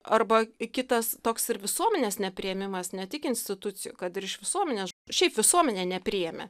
arba kitas toks ir visuomenės nepriėmimas ne tik institucijų kad ir iš visuomenės šiaip visuomenė nepriėmė